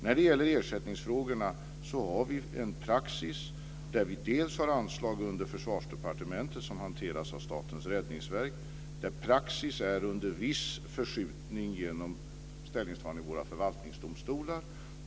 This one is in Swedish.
När det gäller ersättningsfrågorna har vi en praxis med å ena sidan anslag under Försvarsdepartementet som hanteras av Statens räddningsverk, där praxis är under viss förskjutning genom ställningstaganden i våra förvaltningsdomstolar.